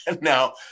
Now